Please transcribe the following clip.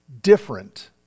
different